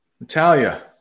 Natalia